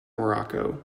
monaco